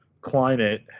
climate